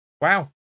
Wow